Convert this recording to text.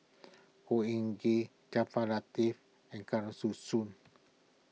Khor Ean Ghee Jaafar Latiff and Kesavan Soon